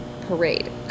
parade